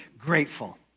grateful